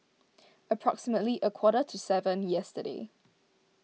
approximately a quarter to seven yesterday